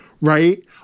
right